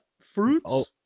fruits